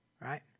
Right